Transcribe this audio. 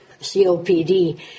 COPD